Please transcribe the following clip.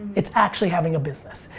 it's actually having a business.